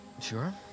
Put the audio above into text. sure